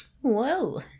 Whoa